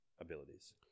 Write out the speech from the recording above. abilities